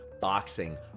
boxing